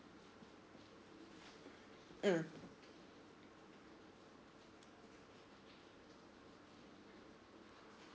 mm